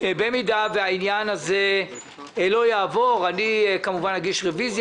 במידה והעניין הזה לא יעבור אני כמובן אגיש רוויזיה